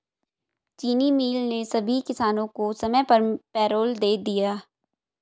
चीनी मिल ने सभी किसानों को समय पर पैरोल दे दिया